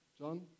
John